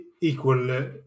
equal